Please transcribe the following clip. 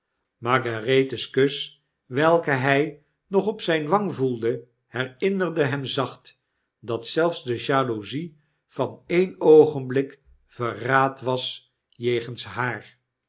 margarethe's kus welken hij nog op zijne wang voelde herinnerde hem zacht dat zelfs de jaloezie van een oogenblik verraad was jegens haar